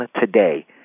today